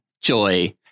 Joy